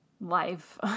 life